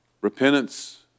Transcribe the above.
Repentance